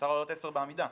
מותר לו להעלות עשרה בעמידה.